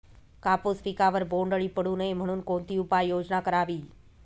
कापूस पिकावर बोंडअळी पडू नये म्हणून कोणती उपाययोजना करावी?